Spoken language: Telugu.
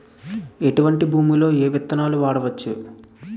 ఎటువంటి భూమిలో ఏ విత్తనాలు వాడవచ్చు?